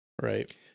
right